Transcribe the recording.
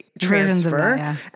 transfer